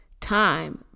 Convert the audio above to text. time